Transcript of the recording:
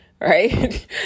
right